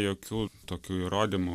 jokių tokių įrodymų